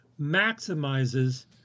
maximizes